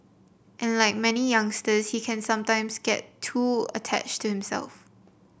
and like many youngsters he can sometimes get too attached to himself